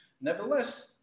Nevertheless